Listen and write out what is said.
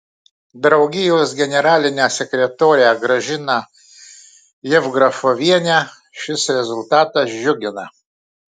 draugijos generalinę sekretorę gražiną jevgrafovienę šis rezultatas džiugina